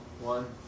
One